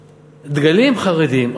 הדגלים, חרדים.